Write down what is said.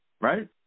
right